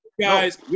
guys